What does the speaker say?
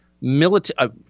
military